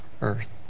earth